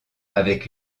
avec